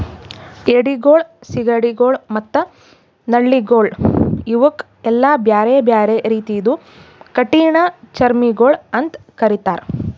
ಏಡಿಗೊಳ್, ಸೀಗಡಿಗೊಳ್ ಮತ್ತ ನಳ್ಳಿಗೊಳ್ ಇವುಕ್ ಎಲ್ಲಾ ಬ್ಯಾರೆ ಬ್ಯಾರೆ ರೀತಿದು ಕಠಿಣ ಚರ್ಮಿಗೊಳ್ ಅಂತ್ ಕರಿತ್ತಾರ್